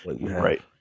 Right